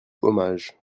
hommage